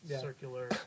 circular